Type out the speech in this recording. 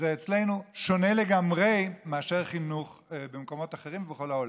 אצלנו זה שונה לגמרי מאשר חינוך במקומות אחרים ובכל העולם,